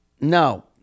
No